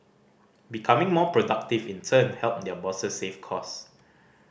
becoming more productive in turn help their bosses save cost